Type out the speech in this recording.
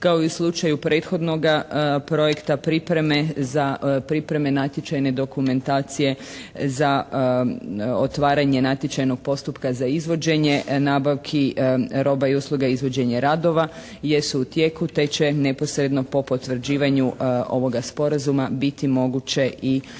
kao i u slučaju prethodnoga projekta pripreme za pripreme natječajne dokumentacije za otvaranje natječajnog postupka za izvođenje, nabavki roba i usluga, izvođenje radova jesu u tijeku te će neposredno po potvrđivanju ovoga sporazuma biti moguće i otvoriti